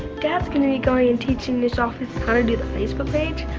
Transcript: dad's going to be going and teaching this office how to do the facebook page.